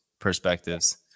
perspectives